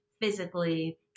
physically